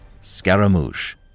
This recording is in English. Scaramouche